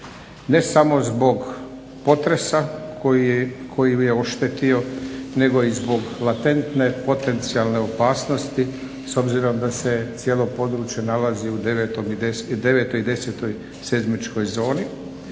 ne samo zbog potresa koji je oštetio nego i zbog latentne potencijalne opasnosti s obzirom da se cijelo područje nalazi u devetoj i desetoj seizmičkoj zoni